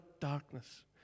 darkness